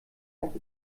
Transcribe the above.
auch